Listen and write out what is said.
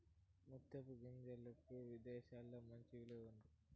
ముత్యపు గుల్లలకు విదేశాలలో మంచి విలువ ఉంది